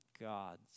God's